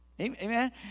Amen